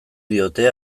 diote